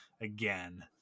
again